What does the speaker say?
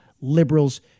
liberals